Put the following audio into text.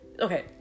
okay